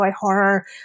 horror